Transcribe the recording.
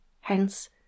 hence